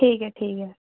ठीक ऐ ठीक ऐ